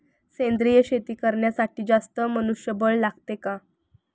सेंद्रिय शेती करण्यासाठी जास्त मनुष्यबळ लागते का?